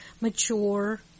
mature